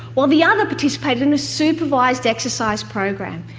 while the other participated in a supervised exercise program,